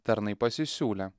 tarnai pasisiūlė